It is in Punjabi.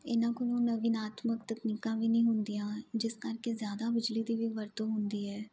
ਇਹਨਾਂ ਕੋਲੋਂ ਨਵੀਨਾਤਮਕ ਤਕਨੀਕਾਂ ਵੀ ਨਹੀਂ ਹੁੰਦੀਆਂ ਜਿਸ ਕਰਕੇ ਜ਼ਿਆਦਾ ਬਿਜਲੀ ਦੀ ਵੀ ਵਰਤੋਂ ਹੁੰਦੀ ਹੈ